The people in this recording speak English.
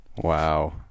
wow